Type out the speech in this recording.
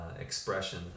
expression